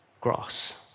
Grass